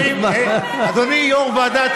אדוני יו"ר ועדת